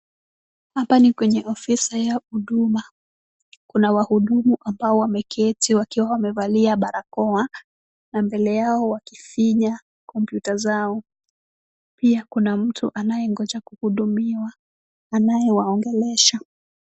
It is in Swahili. Hapa ni kwenye ofisi ya huduma, kuna wahudumu ambao wameketi wakiwa wamevalia barakoa na mbele yao wakifinya kompyuta zao, pia kuna mtu anayengoja kuhudumiwa, anayewaongelesha.